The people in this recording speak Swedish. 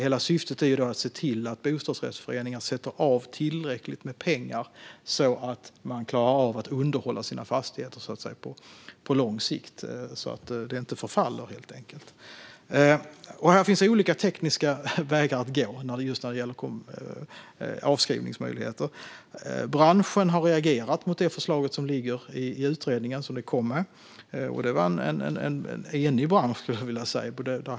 Hela syftet är att se till att bostadsrättsföreningar sätter av tillräckligt med pengar för att klara av att underhålla sina fastigheter på lång sikt så att de inte förfaller. Det finns olika tekniska vägar att gå just när det gäller avskrivningsmöjligheter. Branschen har reagerat mot det förslag som ligger i utredningen, och det var en enig bransch.